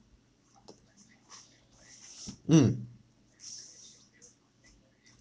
mm